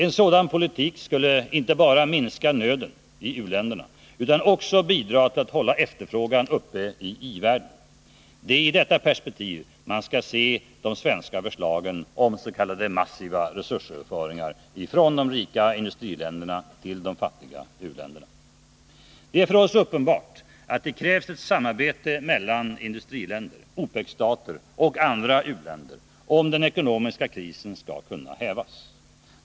En sådan politik skulle inte bara minska nöden i u-länderna utan också bidra till att hålla efterfrågan uppe i i-världen. Det är i detta perspektiv man skall se de svenska förslagen om s.k. massiva resursöverföringar från de rika industriländerna till de fattiga u-länderna. Det är för oss uppenbart att det krävs ett samarbete mellan industriländer, OPEC-stater och andra u-länder om den ekonomiska krisen skall kunna hävas.